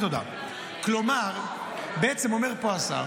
מה שאת מציעה,